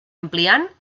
ampliant